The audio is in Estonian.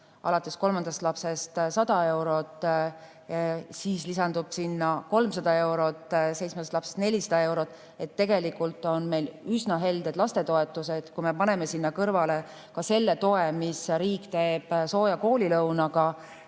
alates kolmandast lapsest 100 eurot, sinna lisandub 300 eurot, seitsmendast lapsest alates 400 eurot – tegelikult on meil üsna helded lastetoetused. Kui me paneme sinna kõrvale ka selle toe, mida riik pakub sooja koolilõunaga,